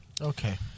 Okay